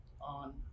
on